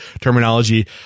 terminology